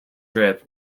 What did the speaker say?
drip